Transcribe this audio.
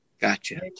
Gotcha